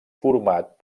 format